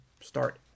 start